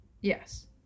Yes